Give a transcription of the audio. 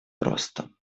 просто